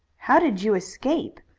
how did you escape?